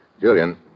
Julian